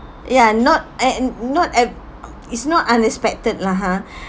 ya and not and and not at it's not unexpected lah ha